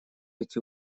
эти